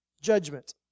judgment